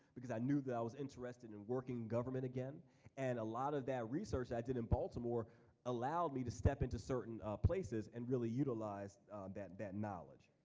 because i knew i was interested in working government again and a lot of that research i did in baltimore allowed me to step into certain places and really utilize that that knowledge.